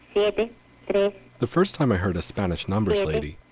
yeah but you know the first time i heard a spanish numbers lady,